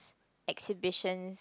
exhibitions